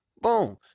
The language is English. boom